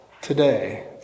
today